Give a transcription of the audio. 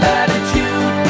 Latitude